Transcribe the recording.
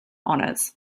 honors